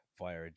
via